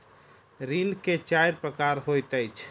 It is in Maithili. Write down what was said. ऋण के चाइर प्रकार होइत अछि